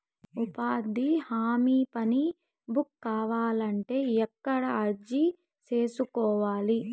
ఉపాధి హామీ పని బుక్ కావాలంటే ఎక్కడ అర్జీ సేసుకోవాలి?